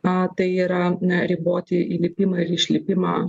na tai yra riboti įlipimą ir išlipimą